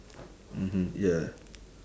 mmhmm ya